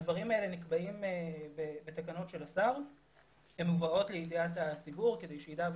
הדברים האלה נקבעים בתקנות של השר שמובאות לידיעת הציבור כדי שידע.